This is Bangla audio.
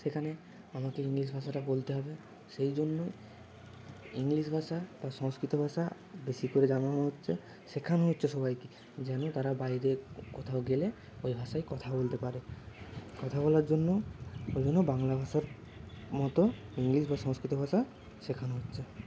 সেখানে আমাকে ইংলিশ ভাষাটা বলতে হবে সেই জন্যই ইংলিশ ভাষা বা সংস্কৃত ভাষা বেশি করে জানানো হচ্ছে শেখানো হচ্ছে সবাইকে যেন তারা বাইরে কোথাও গেলে ওই ভাষায় কথা বলতে পারে কথা বলার জন্য ওই জন্য বাংলা ভাষার মতো ইংলিশ বা সংস্কৃত ভাষা শেখানো হচ্ছে